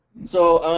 so